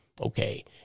okay